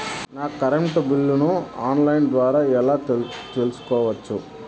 నా కరెంటు బిల్లులను online ద్వారా ఎలా తెలుసుకోవచ్చు?